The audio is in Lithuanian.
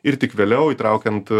ir tik vėliau įtraukiant